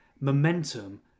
momentum